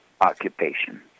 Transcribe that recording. occupation